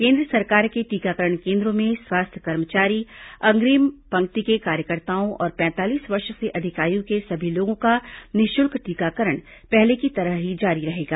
केंद्र सरकार के टीकाकरण केंद्रो में स्वास्थ्य कर्मचारी अग्रिम पंक्ति के कार्यकर्ताओं और पैंतालीस वर्ष से अधिक आयु के सभी लोगों का निःशुल्क टीकाकरण पहले की तरह ही जारी रहेगा